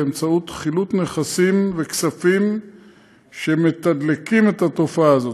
באמצעות חילוט נכסים וכספים שמתדלקים את התופעה הזאת.